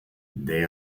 they